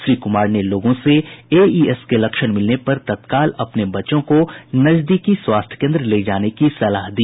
श्री कुमार ने लोगों से एईएस के लक्षण मिलने पर तत्काल अपने बच्चों को नजदीकी स्वास्थ्य केन्द्र ले जाने की सलाह दी